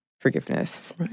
forgiveness